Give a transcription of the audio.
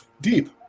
Deep